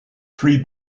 three